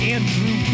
Andrew